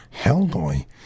Hellboy